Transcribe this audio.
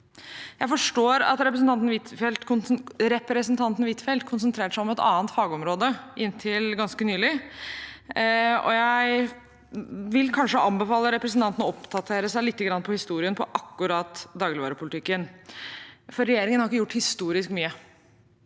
Jeg forstår at representanten Huitfeldt konsentrerte seg om et annet fagområde inntil ganske nylig, og jeg vil kanskje anbefale representanten å oppdatere seg lite grann på historien til akkurat dagligvarepolitikken, for regjeringen har ikke gjort historisk mye.